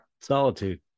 solitude